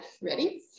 Ready